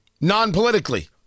non-politically